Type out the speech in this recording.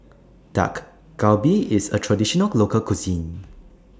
Dak Galbi IS A Traditional Local Cuisine